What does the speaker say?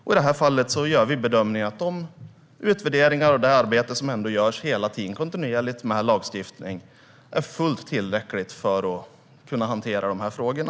I det här fallet gör vi bedömningen att de utvärderingar och det arbete som görs kontinuerligt av all lagstiftning är fullt tillräckligt för att hantera de här frågorna.